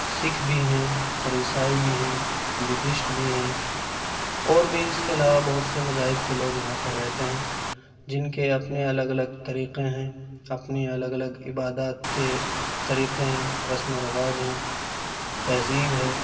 سکھ بھی ہیں اور عیسائی بھی ہیں بدھسٹ بھی ہیں اور بھی اس کے علاوہ بہت سے مذاہب کے لوگ یہاں پر رہتے ہیں جن کے اپنے الگ الگ طریقے ہیں اپنی الگ الگ عبادات کے طریقے ہیں رسم و رواج ہیں تہذیب ہے